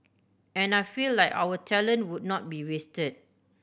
and I feel like our talent would not be wasted